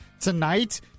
tonight